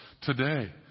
today